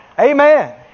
Amen